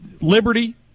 Liberty